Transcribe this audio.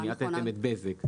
כלומר מיעטתם את בזק.